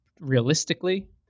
realistically